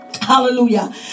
hallelujah